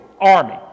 army